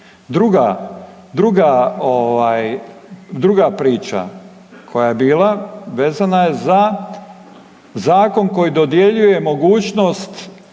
druga priča koja je bila vezana je za zakon koji dodjeljuje mogućnost